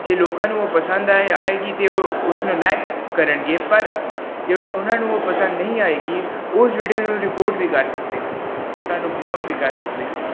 ਜੇ ਲੋਕਾਂ ਨੂੰ ਉਹ ਪਸੰਦ ਆਏਗੀ ਆਏਗੀ ਅਤੇ ਉਹ ਉਸ ਨੂੰ ਲਾਇਕ ਕਰਨਗੇ ਪਰ ਜੇ ਉਹਨਾਂ ਨੂੰ ਉਹ ਪਸੰਦ ਨਹੀਂ ਆਏਗੀ ਉਸ ਵੀਡੀਓ ਨੂੰ ਰਿਪੋਰਟ ਵੀ ਕਰ ਸਕਦੇ ਹਨ ਸਾਨੂੰ ਬਲੋਕ ਵੀ ਕਰ ਸਕਦੇ ਹਨ